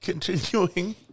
Continuing